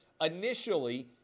Initially